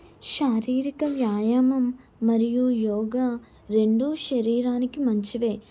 శారీరిక వ్యాయామం మరియు యోగా రెండు శరీరానికి మంచివే